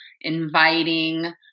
inviting